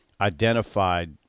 identified